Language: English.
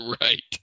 Right